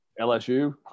LSU